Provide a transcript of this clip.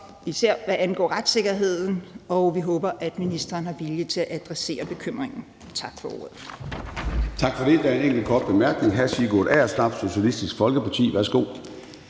især hvad angår retssikkerheden, og vi håber, at ministeren har viljen til at adressere bekymringen. Tak for ordet.